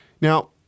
now